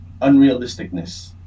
unrealisticness